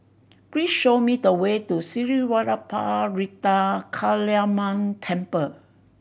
please show me the way to Sri Vadapathira Kaliamman Temple